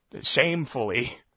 shamefully